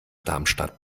darmstadt